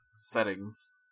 settings